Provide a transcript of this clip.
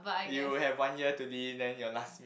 you have one year to live then your last